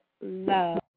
Love